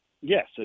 yes